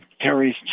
Terry's